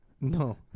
No